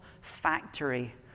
factory